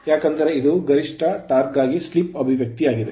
ಏಕೆಂದರೆ ಇದು ಗರಿಷ್ಠ ಟಾರ್ಕ್ ಗಾಗಿ ಸ್ಲಿಪ್ ಅಭಿವ್ಯಕ್ತಿ ಆಗಿದೆ